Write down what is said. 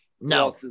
No